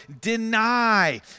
deny